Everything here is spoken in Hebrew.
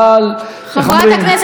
חברת הכנסת מיכל רוזין,